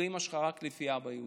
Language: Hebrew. ואימא שלך רק לפי האבא היהודי,